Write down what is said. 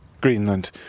Greenland